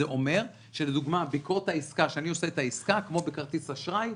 זה אומר שלדוגמה כשאני עושה את העסקה כמו בכרטיס אשראי,